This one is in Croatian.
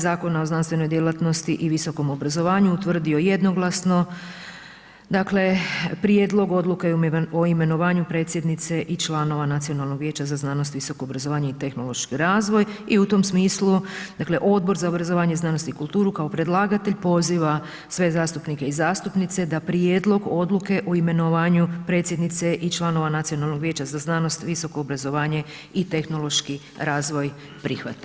Zakona o znanstvenoj djelatnosti i visokom obrazovanju utvrdio jednoglasno, dakle prijedlog odluke o imenovanju predsjednice i članova Nacionalnog vijeća za znanost i visoko obrazovanje i tehnološki razvoj i u tom smislu dakle Odbor za obrazovanje i znanost i kulturu kao predlagatelj poziva sve zastupnike i zastupnice da prijedlog odluke o imenovanju predsjednice i članova Nacionalnog vijeća za znanost, visoko obrazovanje i tehnološki razvoj prihvate.